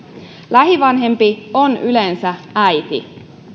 lähivanhempi on yleensä äiti